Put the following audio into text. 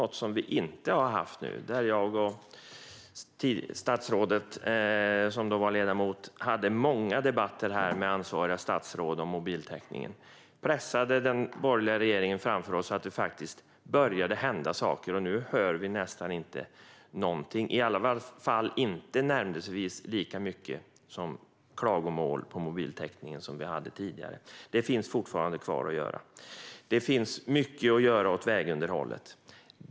Det har vi inte haft nu. Jag och statsrådet, som då var ledamot, hade många debatter här med ansvariga statsråd om mobiltäckningen. Vi pressade den borgerliga regeringen, så att det faktiskt började hända saker. Nu hör vi nästan inte någonting om detta, i alla fall inte tillnärmelsevis lika många klagomål på mobiltäckningen som tidigare. Men det finns fortfarande saker kvar att göra. Det finns också mycket att göra åt vägunderhållet.